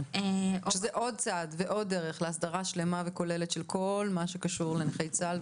שזה עוד צעד ועוד דרך להסדרה שלמה וכוללת של כל מה שקשור לנכי צה"ל.